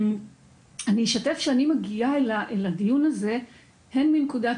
אני אשתף שאני מגיעה לדיון הזה הן מנקודת